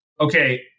okay